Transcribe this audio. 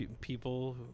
people